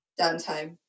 downtime